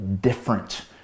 different